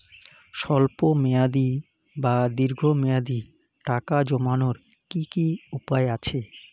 স্বল্প মেয়াদি বা দীর্ঘ মেয়াদি টাকা জমানোর কি কি উপায় আছে?